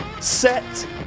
set